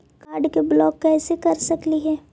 Card के block कैसे कर सकली हे?